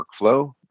workflow